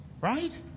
right